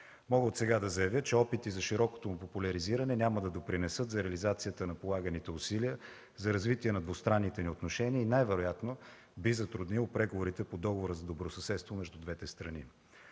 Мога отсега да заявя, че опитите за широкото му популяризиране няма да допринесат за реализацията на полаганите усилия за развитие на двустранните ни отношения и най-вероятно би затруднил преговорите по Договора за добросъседство между двете страни.